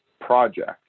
project